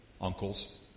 uncles